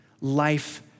life